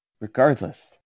Regardless